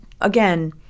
again